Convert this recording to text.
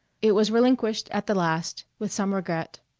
it was relinquished at the last, with some regret.